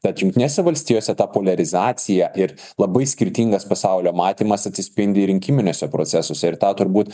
tad jungtinėse valstijose ta poliarizacija ir labai skirtingas pasaulio matymas atsispindi rinkiminiuose procesuose ir tą turbūt